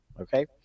Okay